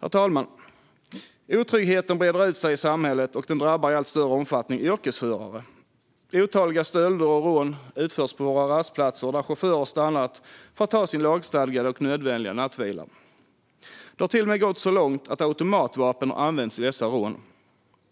Herr talman! Otryggheten breder ut sig i samhället, och den drabbar i allt större omfattning yrkesförare. Otaliga stölder och rån utförs på våra rastplatser, där chaufförer stannat för att ta sin lagstadgade och nödvändiga nattvila. Det har till och med gått så långt att automatvapen har använts vid dessa rån.